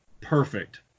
perfect